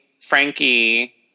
Frankie